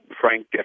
Frank